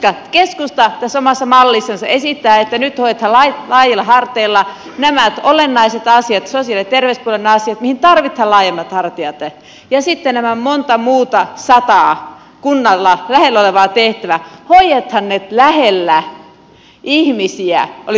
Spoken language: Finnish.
siis keskusta tässä omassa mallissansa esittää että nyt hoidetaan laajoilla harteilla nämä olennaiset asiat sosiaali ja terveyspuolen asiat mihin tarvitaan laajemmat hartiat ja sitten nämä monta sataa muuta kunnalla olevaa lähellä olevaa tehtävää hoidetaan lähellä ihmisiä eli todellisessa kotikunnassa